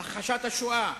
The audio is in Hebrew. הכחשת השואה.